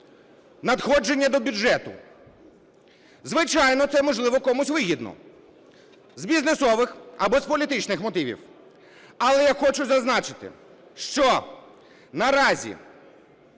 надходження до бюджету. Звичайно, це, можливо, комусь вигідно з бізнесових або з політичних мотивів. Але я хочу зазначити, що наразі